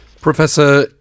Professor